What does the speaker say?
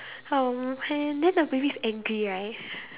uh where then the baby is angry right